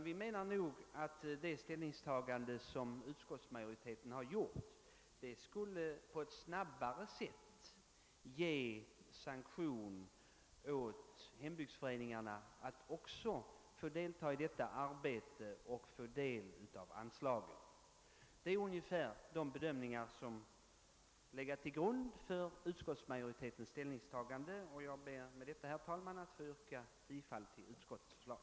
Den ställning som utskottsmajoriteten intagit skulle enligt vår mening snabbare ge sanktion åt hembygdsföreningarna att också få delta i detta arbete och få del av anslaget. Detta är ungefär de bedömningar som legat till grund för utskottsmajoritetens ställningstagande, och jag ber att med dessa ord, herr talman, få yrka bifall till utskottets förslag.